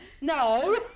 no